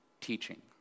teaching